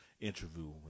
interview